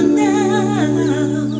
now